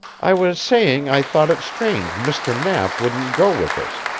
i was saying i thought it strange mr. knapp wouldn't go with us,